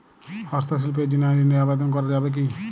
হস্তশিল্পের জন্য ঋনের আবেদন করা যাবে কি?